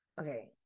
Okay